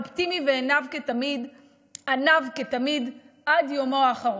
אופטימי וענו כתמיד עד יומו האחרון.